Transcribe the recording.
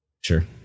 sure